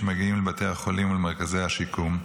המגיעים לבתי החולים ולמרכזי השיקום.